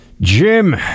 jim